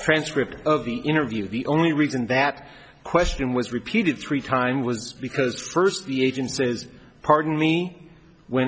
transcript of the interview the only reason that question was repeated three time was because first the agent says pardon me when